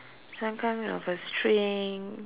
some kind of a string